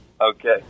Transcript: Okay